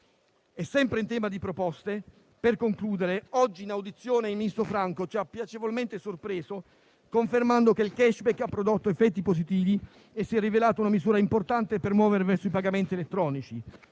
Sempre in tema di proposte - per concludere - oggi in audizione il ministro Franco ci ha piacevolmente sorpreso, confermando che il *cashback* ha prodotto effetti positivi e si è rivelato una misura importante per muovere verso i pagamenti elettronici.